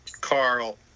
carl